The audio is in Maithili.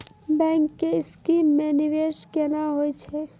बैंक के स्कीम मे निवेश केना होय छै?